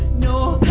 know